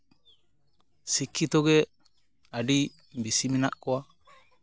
ᱥᱤᱠᱠᱷᱤᱛᱚ ᱜᱮ ᱟᱹᱰᱤ ᱵᱮᱥᱤ ᱢᱮᱱᱟᱜ ᱠᱚᱣᱟ